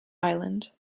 island